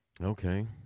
Okay